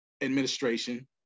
Administration